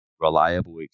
reliable